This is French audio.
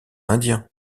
indien